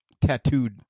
tattooed